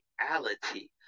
reality